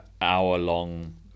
hour-long